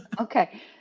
Okay